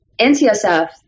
NCSF